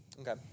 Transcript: Okay